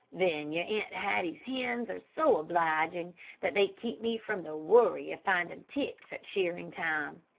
then your aunt hattie's hens are so obliging that they keep me from the worry of finding ticks at shearing time.